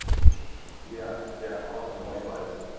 yeah, yeah, awesome, likewise.